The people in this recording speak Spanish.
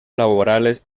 laborales